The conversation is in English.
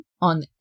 on